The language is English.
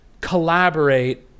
collaborate